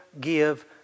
give